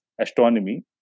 astronomy